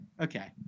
Okay